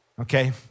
Okay